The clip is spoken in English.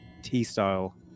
t-style